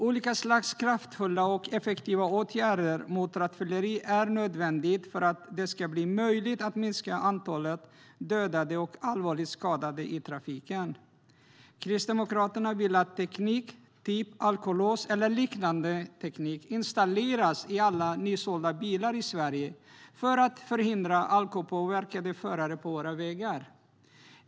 Olika slags kraftfulla och effektiva åtgärder mot rattfylleri är nödvändiga för att det ska bli möjligt att minska antalet dödade och allvarligt skadade i trafiken. Kristdemokraterna vill att teknik, av typen alkolås eller liknande teknik, installeras i alla nysålda bilar i Sverige för att förhindra att alkoholpåverkade förare kör på våra vägar.